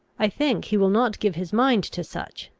i think he will not give his mind to such.